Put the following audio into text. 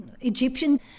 Egyptian